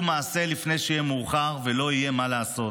מעשה לפני שיהיה מאוחר ולא יהיה מה לעשות.